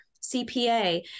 cpa